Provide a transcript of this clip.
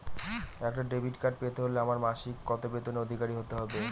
একটা debit card পেতে হলে আমার মাসিক কত বেতনের অধিকারি হতে হবে?